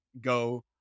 go